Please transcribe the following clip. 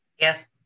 Yes